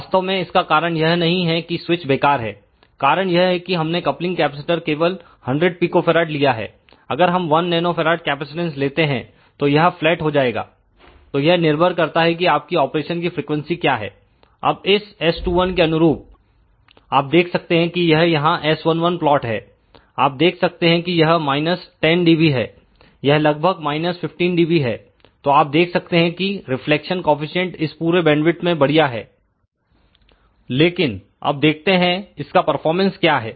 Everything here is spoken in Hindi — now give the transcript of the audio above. वास्तव में इसका कारण यह नहीं है कि स्विच बेकार है कारण यह है कि हमने कपलिंग कैपेसिटर केवल 100 pF लिया है अगर हम 1 nF कैपेसिटेंस लेते हैं तो यह फ्लैट हो जाएगा तो यह निर्भर करता है कि आपकी ऑपरेशन की फ्रीक्वेंसी क्या है अब इस S21 के अनुरूप आप देख सकते हैं कि यह यहां S11 प्लॉट है आप देख सकते हैं कि यह 10 dB है यह लगभग 15 dB है तो आप देख सकते हैं कि रिफ्लेक्शन कॉएफिशिएंट इस पूरे बैंडविथ में बढ़िया है लेकिन अब देखते हैं इसका परफॉर्मेंस क्या है